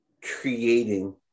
creating